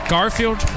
Garfield